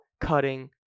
cutting